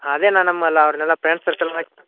ಅದೇ ಅಣ್ಣ ನಮ್ಮಲ್ಲಿ ಅವ್ರನ್ನೆಲ್ಲ ಫ್ರೆಂಡ್ಸ್ ಸರ್ಕಲ್ನಾಗೆ